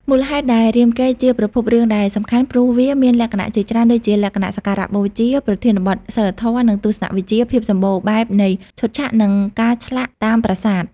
មូលហេតុដែលរាមកេរ្តិ៍ជាប្រភពរឿងដែលសំខាន់ព្រោះវាមានលក្ខណៈជាច្រើនដូចជា លក្ខណៈសក្ការៈបូជា ប្រធានបទសីលធម៌ និងទស្សនវិជ្ជា ភាពសម្បូរបែបនៃឈុតឆាក នឹងការឆ្លាក់តាមប្រាសាទ ។